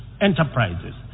enterprises